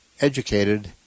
educated